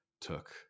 took